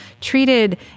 treated